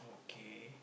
okay